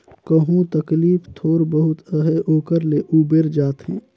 कहो तकलीफ थोर बहुत अहे ओकर ले उबेर जाथे